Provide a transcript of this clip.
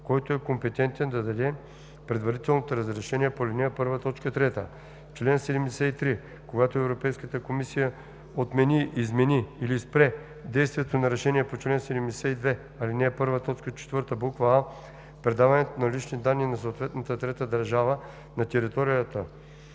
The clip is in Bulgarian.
който е компетентен да даде предварителното разрешение по ал. 1, т. 3. Чл. 73. Когато Европейската комисия отмени, измени или спре действието на решение по чл. 72, ал. 1, т. 4, буква „а“, предаването на лични данни на съответната трета държава, на територията